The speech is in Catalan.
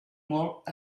molt